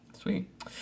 sweet